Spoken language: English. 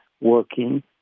working